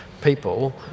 people